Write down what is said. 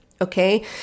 okay